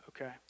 okay